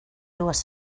dues